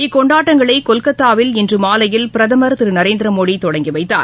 இக்கொண்டாட்டங்களைகொல்கத்தாவில் இன்றுமாலையில் பிரதமர் திருநரேந்திரமோடிதொடங்கிவைத்தார்